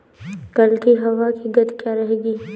कल की हवा की गति क्या रहेगी?